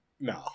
No